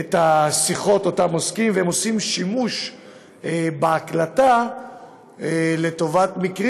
את השיחות והם עושים שימוש בהקלטה במקרים